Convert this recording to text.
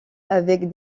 avec